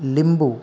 लिंबू